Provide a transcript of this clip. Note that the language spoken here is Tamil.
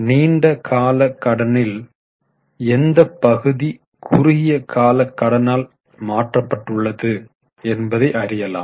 நீண்ட கால கடனில் எந்த பகுதி குறுகிய கால கடனால் மாற்றப்பட்டுள்ளது என்பதை அறியலாம்